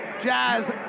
jazz